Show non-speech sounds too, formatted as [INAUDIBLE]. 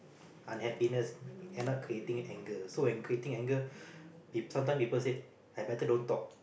unhappiness cannot creating anger so when creating anger [BREATH] people sometimes people say I better don't talk